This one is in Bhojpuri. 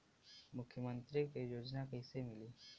मुख्यमंत्री के योजना कइसे मिली?